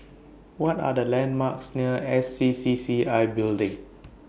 What Are The landmarks near S C C C I Building